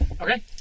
Okay